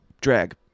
Drag